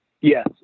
yes